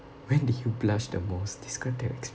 when did you blush the most describe that experience